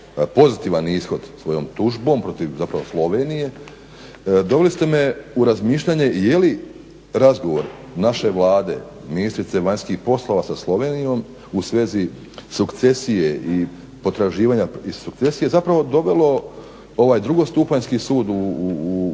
pozitivan ishod svojom tužbom protiv, zapravo Slovenije, doveli ste me u razmišljanje i je li razgovor naše Vlade, ministrice Vanjskih poslova sa Slovenijom u svezi sukcesije i potraživanja …, zapravo dovelo onaj drugostupanjski sud u